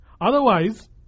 Otherwise